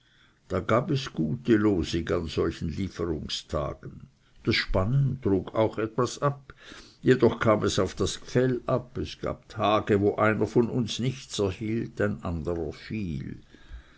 da gab es gute losig an solchen lieferungstagen das spannen trug auch etwas ab jedoch kam es auf das g'fell ab es gab tage wo einer von uns nichts erhielt ein anderer viel